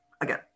again